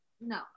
No